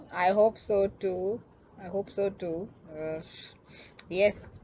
I hope so too I hope so too uh yes